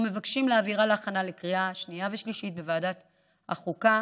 ומבקשים לעבירה להכנה לקריאה שנייה ושלישית בוועדת החוקה,